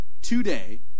today